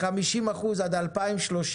ב-50% עד 2030,